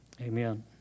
amen